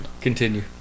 Continue